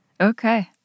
Okay